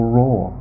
raw